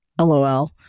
LOL